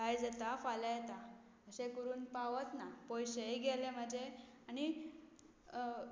आयज येता फाल्यां येता अशें करून पावच ना पयशेय गेले म्हाजे आनी